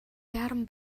яаран